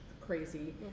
crazy